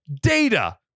data